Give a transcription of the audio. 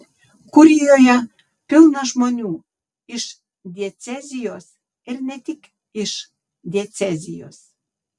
kurijoje pilna žmonių iš diecezijos ir ne tik iš diecezijos